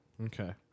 Okay